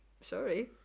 sorry